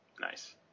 Nice